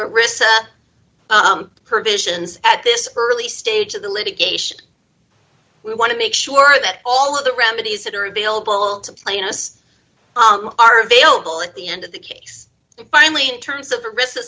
arista provisions at this early stage of the litigation we want to make sure that all of the remedies that are available to plainest are available at the end of the case finally in terms of the risk